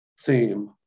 theme